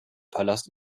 palast